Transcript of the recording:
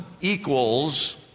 equals